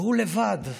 והוא לבד.